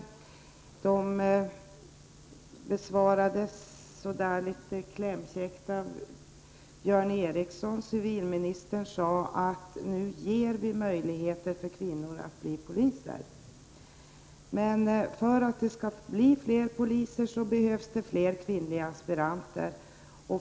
De frågorna besvarades litet klämkäckt av Björn Eriksson. Civilministern sade att vi nu ger möjligheter för kvinnor att bli poliser. För att det skall bli fler kvinnliga poliser, behövs det fler kvinnliga aspiranter.